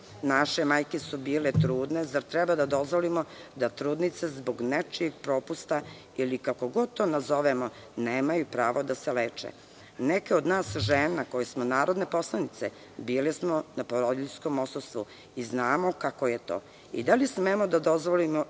Naše majke su bile trudne, zar treba da dozvolimo da trudnice zbog nečijih propusta ili kako god to nazovemo nemaju pravo da se leče. Neke od nas žena, koje smo narodne poslanice, bile smo na porodiljskom odsustvu i znamo kako je to. Da li smemo da dozvolimo